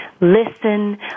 listen